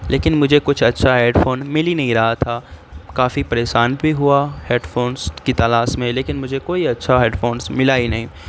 لیکن مجھے کچھ اچھا ہیڈ فون مل ہی نہیں رہا تھا کافی پریشان بھی ہوا ہیڈ فونس کی تلاش میں لیکن مجھے کوئی اچھا ہیڈ فونس ملا ہی نہیں